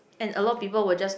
and a lot people will just